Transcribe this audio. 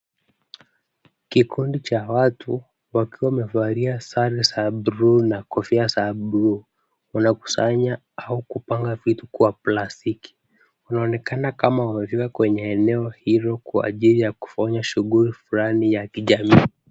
Kikundi cha watu, wakiwa wamevalia sare za blue na kofia za blue .Wanakusanya au kupanga vitu kwa plastiki. Wanaonekana kama wamefika kwenye eneo hilo kwa ajili ya kufanya shughuli fulani ya kijamii.